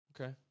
Okay